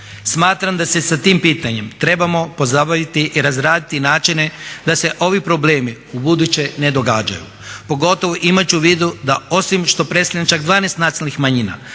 Smatram da se sa tim pitanjem trebamo pozabaviti i razraditi načine da se ovi problemi ubuduće ne događaju, pogotovo imajući u vidu da osim što predstavljam čak 12 nacionalnih manjina